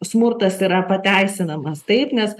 smurtas yra pateisinamas taip nes